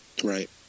Right